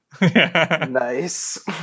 Nice